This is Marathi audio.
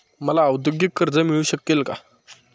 मला औद्योगिक कर्ज मिळू शकेल का?